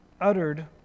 uttered